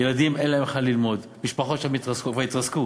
לילדים אין היכן ללמוד, משפחות שם כבר התרסקו.